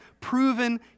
proven